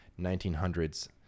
1900s